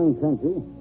country